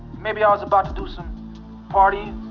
maybe i was about to do some partying.